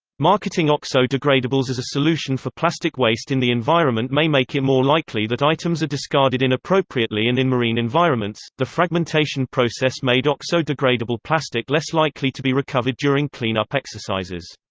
marketing oxo-degradables as a solution for plastic waste in the environment may make it more likely that items are discarded inappropriately and in marine environments the fragmentation process made oxo-degradable plastic less likely to be recovered during clean-up exercises.